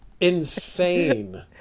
Insane